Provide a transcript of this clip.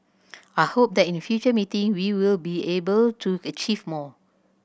I hope that in future meeting we will be able to achieve more